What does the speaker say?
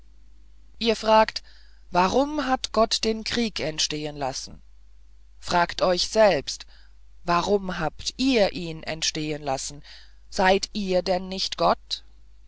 ihr fragt warum hat gott den krieg entstehen lassen fragt euch selbst warum habt ihr ihn entstehen lassen seid ihr denn nicht gott